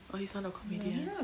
oh he's not a comedian